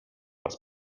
raz